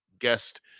guest